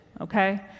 okay